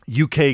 UK